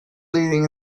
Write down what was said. leading